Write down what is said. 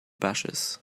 bushes